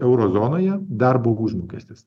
euro zonoje darbo užmokestis